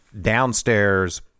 downstairs